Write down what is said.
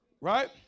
Right